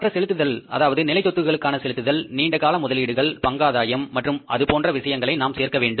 மற்ற செலுத்துதல் அதாவது நிலை சொத்துக்களுக்கான செலுத்துதல் நீண்ட கால முதலீடுகள் பங்காதாயம் மற்றும் அது போன்ற விஷயங்களை நாம் சேர்க்க வேண்டும்